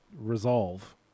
resolve